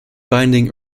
binding